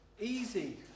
easy